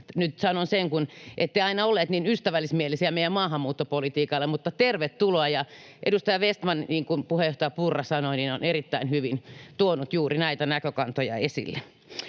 nyt sanon sen, ette aina olleet niin ystävällismielisiä meidän maahanmuuttopolitiikallemme, mutta tervetuloa! Edustaja Vestman, niin kuin puheenjohtaja Purra sanoi, on erittäin hyvin tuonut juuri näitä näkökantoja esille.